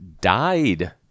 died